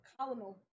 colonel